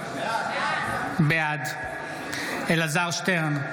בעד אלעזר שטרן,